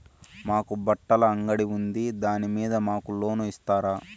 మాకు బట్టలు అంగడి ఉంది దాని మీద మాకు లోను ఇస్తారా